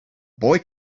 boy